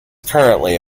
currently